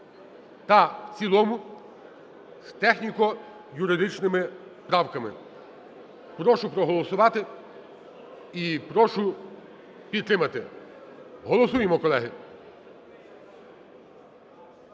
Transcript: та в цілому з техніко-юридичними правками. Прошу проголосувати і прошу підтримати. Голосуємо, колеги!